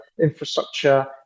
infrastructure